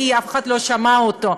כי אף אחד לא שמע אותו,